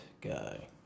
guy